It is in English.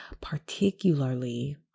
particularly